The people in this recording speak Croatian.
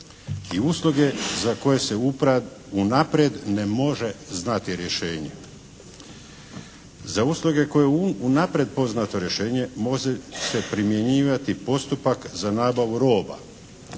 i usluge za koje se unaprijed ne može znati rješenje. Za usluge za koje je unaprijed poznato rješenje može se primjenjivati postupak za nabavu roba.